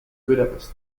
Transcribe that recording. budapest